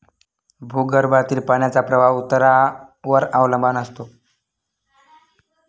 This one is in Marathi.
भूगर्भातील पाण्याचा प्रवाह उतारावर अवलंबून असतो